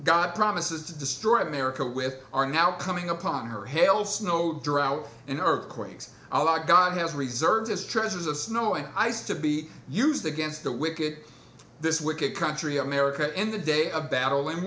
god promises to destroy america with are now coming upon her hail snow drought and earthquakes i like god has reserved his treasures of snow and ice to be used against the wicked this wicked country america in the day of battle